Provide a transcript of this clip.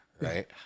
right